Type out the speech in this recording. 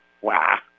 Wow